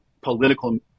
political